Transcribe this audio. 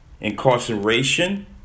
incarceration